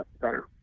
better